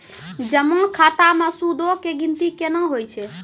जमा खाता मे सूदो के गिनती केना होय छै?